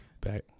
Back